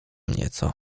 nieco